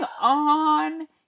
on